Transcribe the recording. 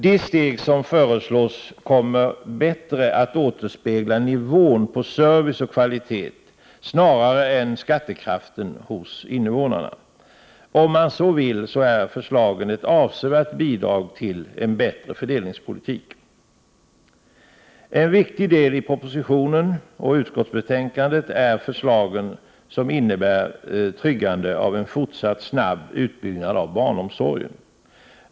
De steg som föreslås kommer bättre att återspegla nivån på service och kvalitet snarare än skattekraften hos invånarna. Om man så vill är förslagen ett avsevärt bidrag till en bättre fördelningspolitik. En viktig del i propositionen och i utskottsbetänkandet är förslagen som innebär tryggande av en fortsatt snabb utbyggnad av barnomsorgen.